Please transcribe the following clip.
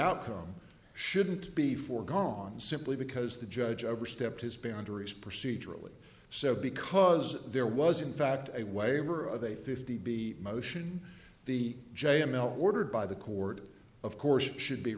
outcome shouldn't be foregone simply because the judge overstepped his boundaries procedurally so because there was in fact a waiver of a fifty b motion the j m l ordered by the court of course should be